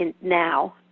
now